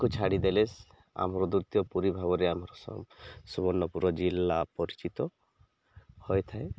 କୁ ଛାଡ଼ି ଦେଲେ ଆମର ଦ୍ଵିତୀୟ ପୁରୀ ଭାବରେ ଆମର ସୁବର୍ଣ୍ଣପୁର ଜିଲ୍ଲା ପରିଚିତ ହୋଇଥାଏ